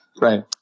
right